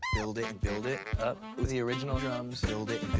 build it and build it. up. the original drums. build it,